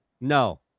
No